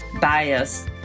bias